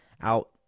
out